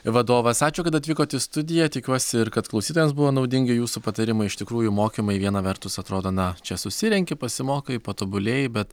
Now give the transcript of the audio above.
vadovas ačiū kad atvykot į studiją tikiuosi kad klausytojams buvo naudingi jūsų patarimai iš tikrųjų mokymai viena vertus atrodo na čia susirenki pasimokai patobulėji bet